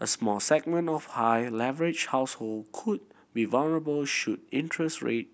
a small segment of high leverage household could vulnerable should interest ray